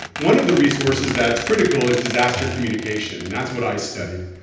one of the resources that's critical is disaster communication. and that's what i study.